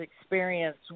experience